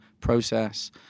process